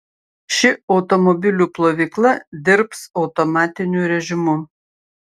ši automobilių plovykla dirbs automatiniu rėžimu